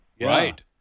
right